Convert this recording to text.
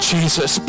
Jesus